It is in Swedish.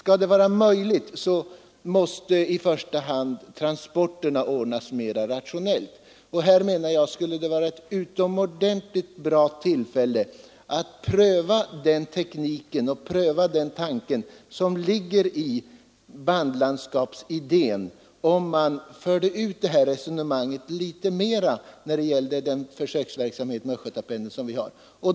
Om det skall bli möjligt måste i första hand transporterna ordnas mera rationellt. Jag anser att det skulle vara ett utomordentligt bra tillfälle att pröva den teknik och den tanke som ligger i bandlandskapsidén genom att utvidga försöksverksamheten med Östgötapendeln.